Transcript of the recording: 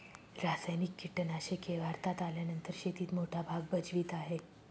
रासायनिक कीटनाशके भारतात आल्यानंतर शेतीत मोठा भाग भजवीत आहे